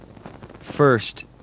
first